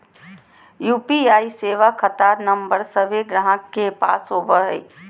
UPI सेवा खता number सभे गाहक के पास होबो हइ